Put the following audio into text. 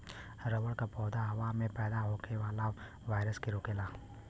rubber क पौधा हवा में पैदा होखे वाला वायरस के रोकेला